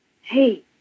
hey